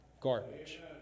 Garbage